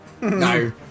No